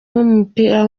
w’umupira